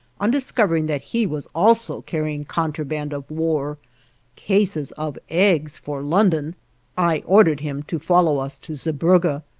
on discovering that he was also carrying contraband of war cases of eggs for london i ordered him to follow us to zeebrugge.